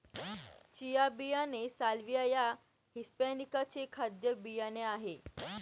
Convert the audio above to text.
chia बियाणे Salvia या hispanica चे खाद्य बियाणे आहे